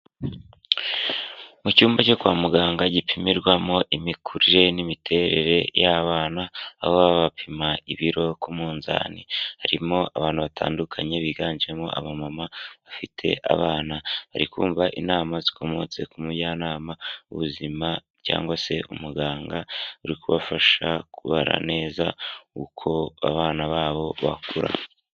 Mu cyumba cyo kwa muganga gipimirwamo imikurire n'imiterere y'abana, baba bapima ibiro ku munzani, harimo abantu batandukanye biganjemo abamama afite abana, bari kumva inama zikomotse ku mujyanama w'ubuzima, cyangwa se umuganga uri kubafasha kubara neza uko abana babo bakura.